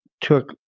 took